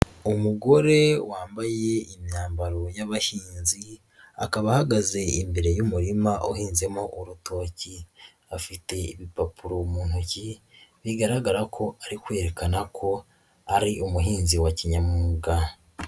Umugore wambaye imyambaro y'abahinzi akaba ahagaze imbere y'umurima uhinzemo urutoki, afite ibipapuro mu ntoki bigaragara ko ari kwerekana ko ari umuhinzi wa kinyamwuga.